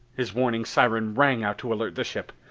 his warning siren rang out to alert the ship.